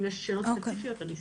אם יש שאלות ספציפיות, אשמח.